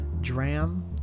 Dram